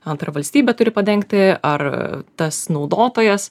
antra valstybė turi padengti ar tas naudotojas